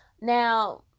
Now